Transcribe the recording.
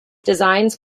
designs